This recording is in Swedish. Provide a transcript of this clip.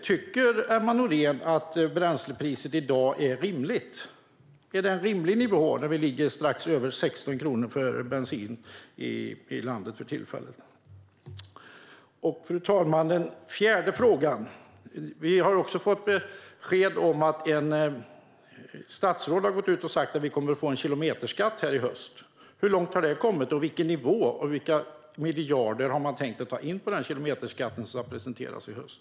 Tycker Emma Nohrén att bränslepriset i dag är rimligt? Är det en rimlig nivå på bensinen nu när vi för tillfället ligger på strax över 16 kronor? Fru talman! Ett statsråd har gått ut och sagt att det kommer att bli en kilometerskatt i höst. Min fjärde fråga är: Hur långt har det förslaget kommit? Vilken är nivån? Vilka miljarder har man tänkt ta in på den kilometerskatt som presenteras i höst?